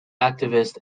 activist